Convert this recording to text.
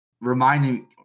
Reminding